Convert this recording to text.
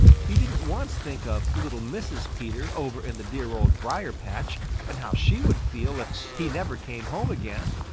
he didn't once think of little mrs. peter over in the dear old briar-patch and how she would feel if he never came home again.